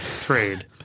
trade